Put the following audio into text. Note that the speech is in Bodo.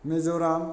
मिज'राम